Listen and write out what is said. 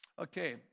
Okay